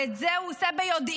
ואת זה הוא עושה ביודעין,